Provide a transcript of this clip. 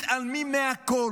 מתעלמים מהכול